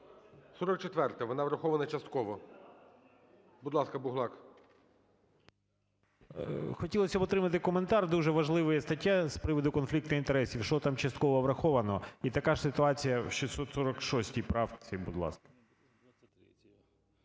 44-а, вона врахована частково. Будь ласка, Буглак. 13:42:02 БУГЛАК Ю.О. Хотілося б отримати коментар дуже важливої статті з приводу конфліктів інтересів, що там частково враховано. І така ж ситуації в 646 правці. Будь ласка.